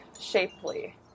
shapely